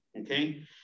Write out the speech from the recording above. okay